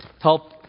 help